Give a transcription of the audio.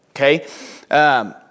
Okay